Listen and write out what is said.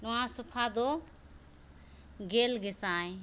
ᱱᱚᱣᱟ ᱥᱳᱯᱷᱟᱫᱚ ᱜᱮᱞ ᱜᱮᱥᱟᱭ